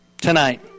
tonight